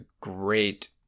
great